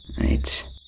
Right